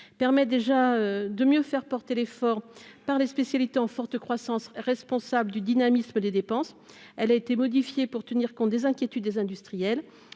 permet déjà de mieux faire porter l'effort par les spécialités en forte croissance Responsable du dynamisme des dépenses, elle a été modifiée pour tenir compte des inquiétudes, des industriels,